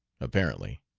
apparently.